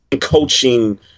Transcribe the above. coaching